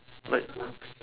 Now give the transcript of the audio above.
like